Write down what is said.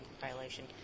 violation